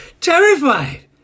terrified